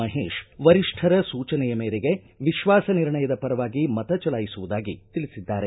ಮಹೇಶ್ ವರಿಷ್ಠರ ಸೂಚನೆಯ ಮೇರೆಗೆ ವಿಶ್ವಾಸ ನಿರ್ಣಯದ ಪರವಾಗಿ ಮತ ಚಲಾಯಿಸುವುದಾಗಿ ತಿಳಿಸಿದ್ದಾರೆ